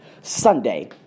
Sunday